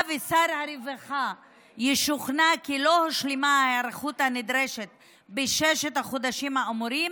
אם שר הרווחה ישוכנע כי לא הושלמה היערכות הנדרשת בששת החודשים האמורים,